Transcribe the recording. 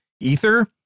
ether